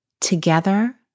Together